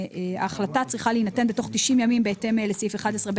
ההחלטה צריכה להינתן תוך 90 ימים בהתאם לסעיף 11ב